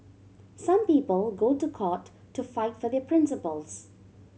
some people go to court to fight for their principles